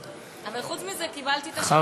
אבל חוץ מזה, קיבלתי את השלוש שלך, נכון?